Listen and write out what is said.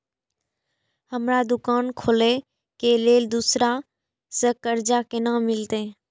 हमरा दुकान खोले के लेल दूसरा से कर्जा केना मिलते?